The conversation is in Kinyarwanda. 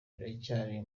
biracyari